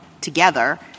together